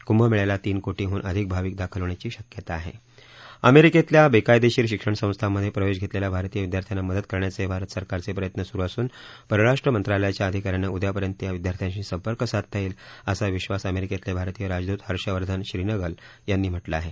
कुंभमेळयाला तीन कोटीहून आधिक भाविक दाखल होण्याची शक्यता आहे अमेरिकेतल्या बेकायदेशीर शिक्षण संस्थांमध्ये प्रवेश घेतलेल्या भारतीय विद्यार्थ्यांना मदत करण्याचे भारत सरकारचे प्रयत्न सुरु असून परराष्ट्र मंत्रालयाच्या अधिकाऱ्यांना उद्यापर्यंत या विद्यार्थ्यांशी संपर्क साधता येईल असा विब्वास अमेरिकेतले भारतीय राजदूत हर्ष वर्धन श्रीनगला यांनी म्हटलं आहे